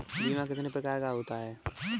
बीमा कितने प्रकार का होता है?